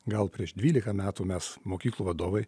gal prieš dvylika metų mes mokyklų vadovai